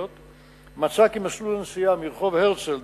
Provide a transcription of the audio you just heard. אני מציע להעביר את הדיון לוועדה.